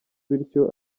bityo